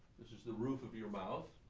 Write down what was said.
this is the roof of your mouth,